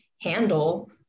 handle